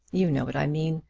you know what i mean.